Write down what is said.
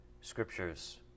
scriptures